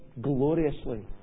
gloriously